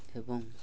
ଏବଂ